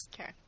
Okay